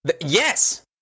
Yes